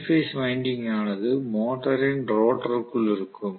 3 phase winding ஆனது மோட்டரின் ரோட்டருக்குள் இருக்கும்